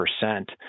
percent